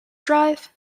drive